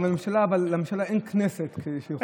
אבל לממשלה אין כנסת שהיא יכולה,